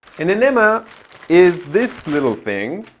an enema is this little thing.